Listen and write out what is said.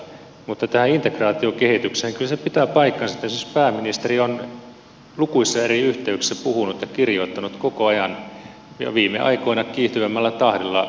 kyllä se pitää paikkansa että esimerkiksi pääministeri on lukuisissa eri yhteyksissä puhunut ja kirjoittanut koko ajan ja viime aikoina kiihtyvämmällä tahdilla integraation syventämisestä